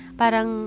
parang